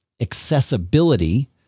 accessibility